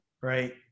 right